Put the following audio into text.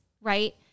right